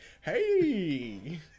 hey